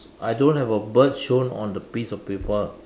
I don't have a bird shown on the piece of paper